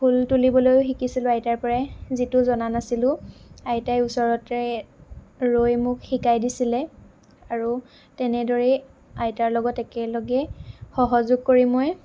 ফুল তুলিবলৈও শিকিছিলোঁ আইতাৰ পৰাই যিটো জনা নাছিলোঁ আইতাই ওচৰতে ৰৈ মোক শিকাই দিছিলে আৰু তেনেদৰেই আইতাৰ লগত একেলগে সহযোগ কৰি মই